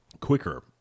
quicker